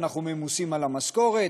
אנחנו ממוסים על המשכורת,